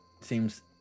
seems